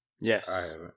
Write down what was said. Yes